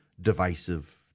divisive